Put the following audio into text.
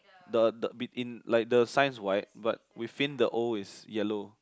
the the in like the signs white but within the old is yellow